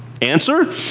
Answer